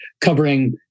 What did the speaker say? covering